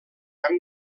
hem